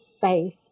faith